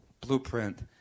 blueprint